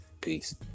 Peace